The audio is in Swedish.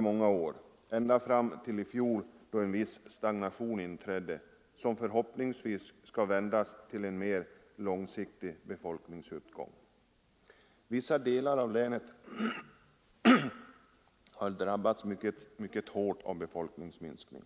många år ända fram till i fjol, då en viss stagnation inträdde som förhoppningsvis skall vändas till en mer långsiktig befolkningsuppgång. Vissa delar av länet har drabbats mycket hårt av befolkningsminskning.